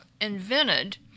invented